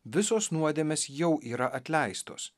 visos nuodėmės jau yra atleistos